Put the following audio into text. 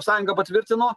sąjunga patvirtino